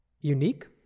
unique